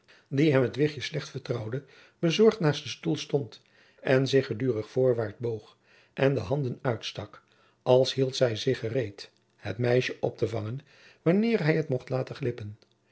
die hem het wichtje slecht vertrouwde bezorgd naast de stoel stond en zich gedurig voorwaart boog en de handen uitstak als hield zij zich gereed het meisje op te vangen wanneer hij het mocht laten glippen